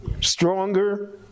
stronger